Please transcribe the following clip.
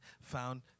found